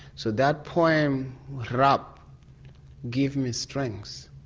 so that poem rap gives me strength